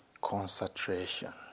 concentration